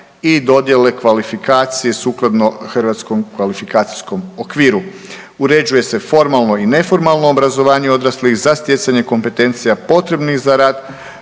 i dodjele kvalifikacije sukladno hrvatskom kvalifikacijskom okviru. Uređuje se formalno i neformalno obrazovanje odraslih za stjecanje kompetencija potrebnih za rad